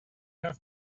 have